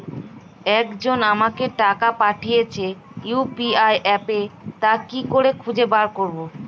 একজন আমাকে টাকা পাঠিয়েছে ইউ.পি.আই অ্যাপে তা কি করে খুঁজে বার করব?